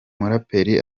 muraperi